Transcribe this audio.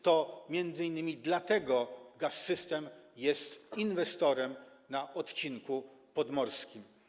To m.in. dlatego Gaz-System jest inwestorem na odcinku podmorskim.